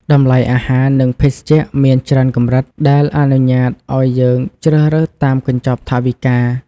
តម្លៃអាហារ និងភេសជ្ជៈមានច្រើនកម្រិត ដែលអនុញ្ញាតឱ្យយើងជ្រើសរើសតាមកញ្ចប់ថវិកា។